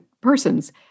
persons